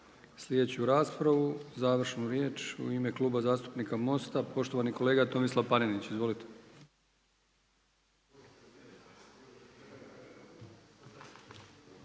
Otvaram raspravu. U ime Kluba zastupnika Mosta, poštovani kolega Tomislav Panenić. Izvolite.